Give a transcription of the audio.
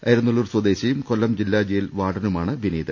അരിനല്ലൂർ സ്വദേശിയും കൊല്ലം ജില്ലാ ജയിൽ വാർഡനുമാണ് വിനീത്